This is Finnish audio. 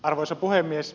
arvoisa puhemies